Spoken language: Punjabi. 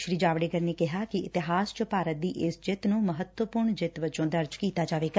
ਸ੍ਰੀ ਜਾਵੜੇਕਰ ਨੇ ਕਿਹਾ ਕਿ ਇਤਿਹਾਸ ਚ ਭਾਰਤ ਦੀ ਇਸ ਜਿੱਤ ਨੂੰ ਮਹੱਤਵਪੁਰਨ ਜਿੱਤ ਵਜੋ ਦਰਜ ਕੀਤਾ ਜਾਵੇਗਾ